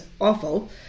awful